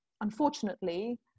unfortunately